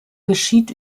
geschieht